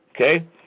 Okay